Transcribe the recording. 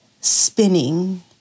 spinning